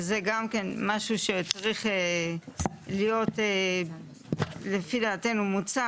וזה גם משהו שצריך להיות לפי דעתנו מוצא